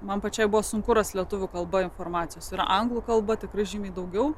man pačiai buvo sunku rast lietuvių kalba informacijos ir anglų kalba tikrai žymiai daugiau